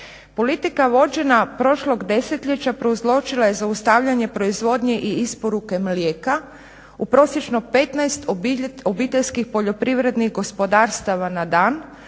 Politika vođena prošlog desetljeća prouzročila je zaustavljanje proizvodnje i isporuke mlijeka u prosječno 15 obiteljskih poljoprivrednih gospodarstava na dan